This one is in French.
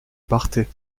partais